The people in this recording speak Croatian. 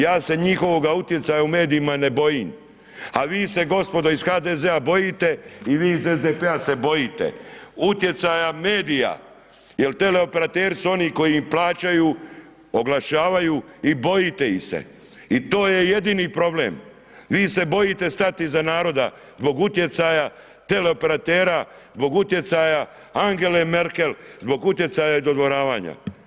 Ja se njihovoga utjecaja u medijima ne bojim a vi se gospodo iz HDZ-a bojite i vi iz SDP-a se bojite utjecaja medija jer teleoperateri su oni koji im plaćaju, oglašavaju i bojite ih se i to je jedini problem, vi se bojite stati iza naroda zbog utjecaja teleoperatera, zbog utjecaja Angele Merkel, zbog utjecaja i dodvoravanja.